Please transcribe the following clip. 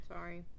Sorry